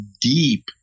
deep